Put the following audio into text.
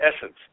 essence